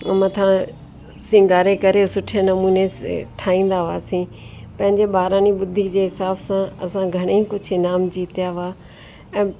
मथां सिंगारे करे सुठे नमूने से ठाहींदा हुआसीं पंहिंजे ॿारनि बुद्धी जे हिसाब सां असां घणेई कुझु इनाम जीतिया हुआ ऐं